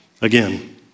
again